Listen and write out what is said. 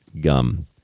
gum